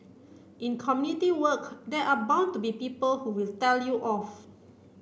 in community work there are bound to be people who will tell you off